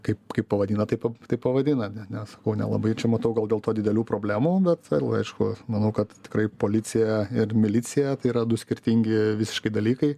kaip kaip pavadina taip taip pavadina ne nesakau nelabai čia matau gal dėl to didelių problemų bet vėl aišku manau kad tikrai policija ir milicija tai yra du skirtingi visiškai dalykai